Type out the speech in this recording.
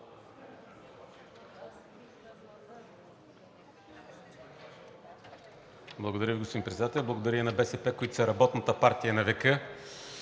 Благодаря, господин Председател. Благодаря и на БСП, които са работната партия на